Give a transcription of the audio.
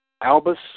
Albus